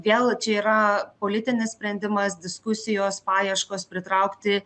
vėl čia yra politinis sprendimas diskusijos paieškos pritraukti